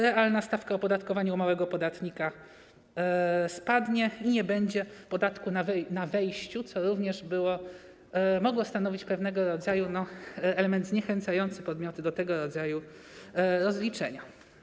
Realna stawka opodatkowania u małego podatnika spadnie i nie będzie podatku na wejściu, a to również mogło stanowić pewnego rodzaju element zniechęcający podmioty do tego rodzaju rozliczenia.